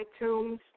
iTunes